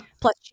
Plus